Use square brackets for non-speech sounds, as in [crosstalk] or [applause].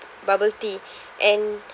bubble tea [breath] and